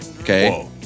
Okay